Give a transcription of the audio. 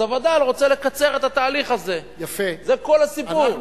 אז הווד"ל רוצה לקצר את התהליך הזה, זה כל הסיפור.